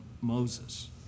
Moses